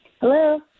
Hello